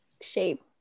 shape